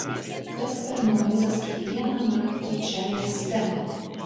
kas per noizas kiekvieną naktį čia mieste